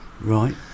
Right